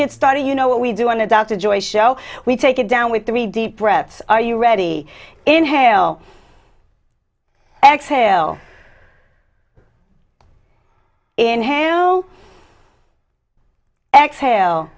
get started you know what we do on a dr joy show we take it down with three deep breaths are you ready inhale exhale in hand exhale